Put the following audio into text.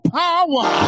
power